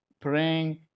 praying